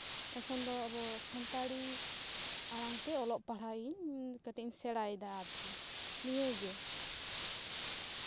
ᱮᱠᱷᱚᱱ ᱫᱚ ᱟᱵᱚ ᱥᱟᱱᱛᱟᱲᱤ ᱟᱲᱟᱝ ᱛᱮ ᱚᱞᱚᱜ ᱯᱟᱲᱦᱟᱜ ᱤᱧ ᱠᱟᱹᱴᱤᱡ ᱤᱧ ᱥᱮᱬᱟ ᱭᱮᱫᱟ ᱟᱨᱠᱤ ᱱᱤᱭᱟᱹᱜᱮ